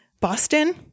Boston